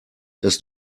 dass